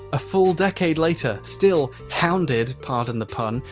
a full decade later, still hounded, pardon the pun,